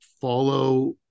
follow